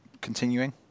continuing